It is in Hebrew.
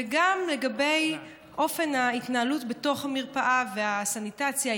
וגם לגבי אופן ההתנהלות בתוך המרפאה והסניטציה,